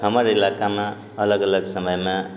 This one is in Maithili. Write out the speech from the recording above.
हमर इलाकामे अलग अलग समयमे